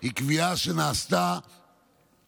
היא קביעה שנעשתה על